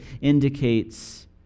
indicates